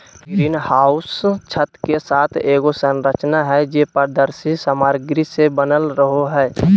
green house छत के साथ एगो संरचना हइ, जे पारदर्शी सामग्री से बनल रहो हइ